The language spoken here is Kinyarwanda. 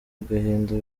agahinda